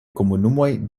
komunumoj